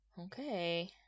okay